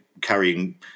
carrying